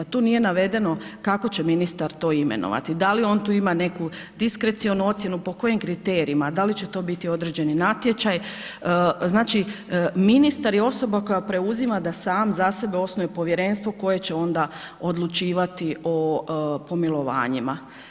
Tu nije navedeno kako će ministar to imenovati, da li on tu ima neku diskrecionu ocjenu, po kojim kriterijima, da li će to biti određeni natječaj, znači ministar je osoba koja preuzima da sam za sebe osnuje povjerenstvo koje će onda odlučivati o pomilovanjima.